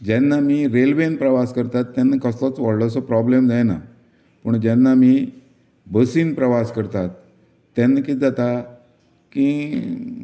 जेन्ना आमी रेल्वेन प्रवास करता तेन्ना कसलोच व्हडलोसो प्रोब्लेम जायना पूण जेन्ना आमी बसीन प्रवास करतात तेन्ना कितें जाता की